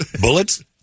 Bullets